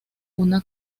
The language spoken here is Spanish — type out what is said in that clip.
una